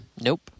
Nope